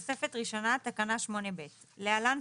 תוספת ראשונה (תקנה 8ב) להלן